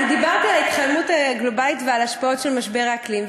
אני דיברתי על ההתחממות הגלובלית ועל ההשפעות של משבר האקלים,